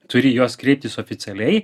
turi į juos kreiptis oficialiai